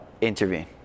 intervene